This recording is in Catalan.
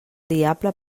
diable